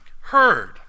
heard